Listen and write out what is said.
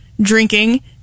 drinking